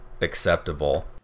acceptable